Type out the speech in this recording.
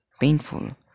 painful